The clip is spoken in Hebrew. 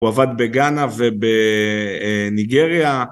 הוא עבד בגאנה ובניגריה